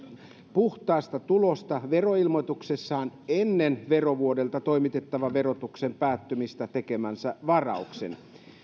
puhtaasta tulosta veroilmoituksessaan ennen verovuodelta toimitettavan verotuksen päättymistä tekemänsä varauksen